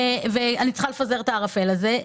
ואני צריכה לפזר את הערפל הזה.